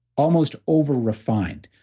almost over-refined.